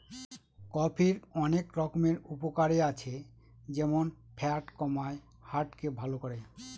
কফির অনেক রকমের উপকারে আছে যেমন ফ্যাট কমায়, হার্ট কে ভালো করে